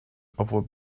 obwohl